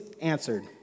answered